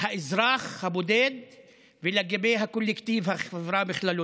לאזרח הבודד ולקולקטיב, החברה בכללותה.